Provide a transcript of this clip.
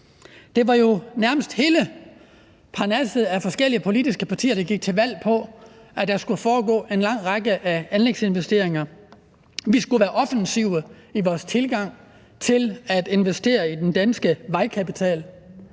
Det var jo nærmest hele parnasset af forskellige politiske partier, der gik til valg på, at der skulle foregå en lang række anlægsinvesteringer, og at vi skulle være offensive i vores tilgang til at investere i den danske vejkapital.